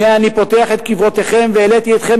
הנה אני פותח את קברותיכם והעליתי אתכם